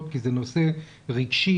שזה נושא מאוד רגיש,